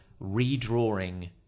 redrawing